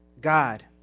God